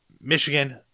Michigan